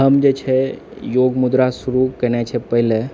हम जे छै योगमुद्रा शुरू केने छै पहिले